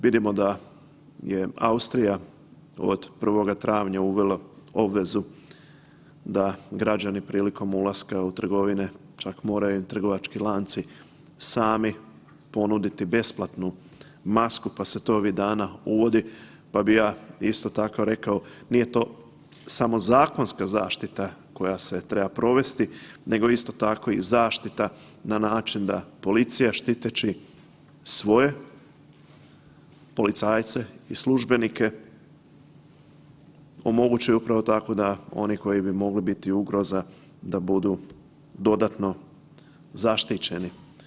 Vidimo da je Austrija od 1. travnja uvela obvezu da građani prilikom ulaska u trgovine čak moraju im trgovački lanci sami ponuditi besplatnu masku, pa se to ovih dana uvodi, pa bi ja isto tako rekao nije to samo zakonska zaštita koja se treba provesti, nego isto tako i zaštita na način da policija štiteći svoje policajce i službenike omogući upravo tako da oni koji bi mogli biti ugroza da budu dodatno zaštićeni.